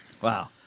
Wow